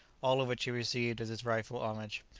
all of which he received as his rightful homage.